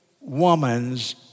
woman's